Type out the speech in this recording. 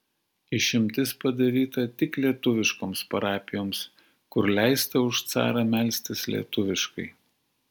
išimtis padaryta tik lietuviškoms parapijoms kur leista už carą melstis lietuviškai